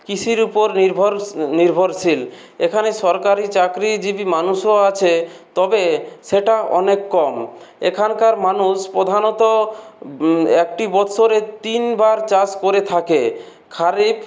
কৃষির উপর নির্ভরশ নির্ভরশীল এখানে সরকারি চাকরিজীবি মানুষও আছে তবে সেটা অনেক কম এখানকার মানুষ প্রধানত একটি বৎসরে তিনবার চাষ করে থাকে খারিফ